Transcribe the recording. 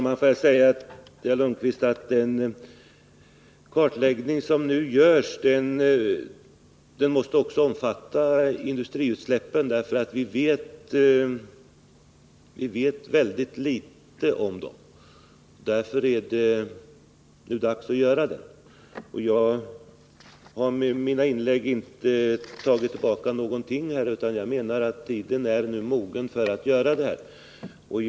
Herr talman! Den kartläggning som nu görs måste också omfatta industriutsläppen, eftersom vi vet väldigt litet om dem. Jag har med mina inlägg inte tagit tillbaka någonting, utan jag menar att tiden nu är mogen för att göra en kartläggning.